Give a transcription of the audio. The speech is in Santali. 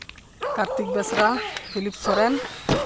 ᱠᱟᱨᱛᱤᱠ ᱵᱮᱥᱨᱟ ᱫᱤᱞᱤᱯ ᱥᱚᱨᱮᱱ